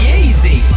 easy